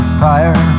fire